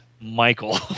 Michael